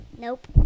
Nope